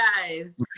guys